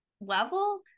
level